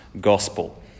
gospel